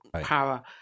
power